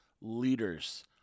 leaders